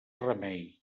remei